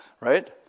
Right